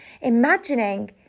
imagining